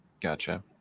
Gotcha